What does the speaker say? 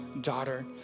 daughter